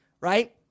right